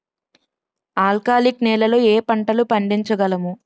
ఆల్కాలిక్ నెలలో ఏ పంటలు పండించగలము?